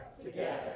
together